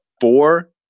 four